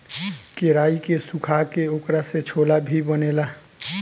केराई के सुखा के ओकरा से छोला भी बनेला